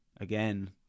Again